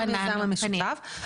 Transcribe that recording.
זה חוץ מהמיזם המשותף,